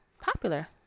popular